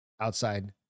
outside